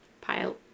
pile